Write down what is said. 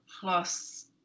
plus